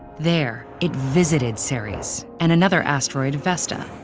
there, it visited ceres and another asteroid, vesta.